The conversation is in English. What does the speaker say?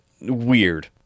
weird